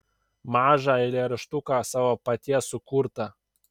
mažą eilėraštuką savo paties sukurtą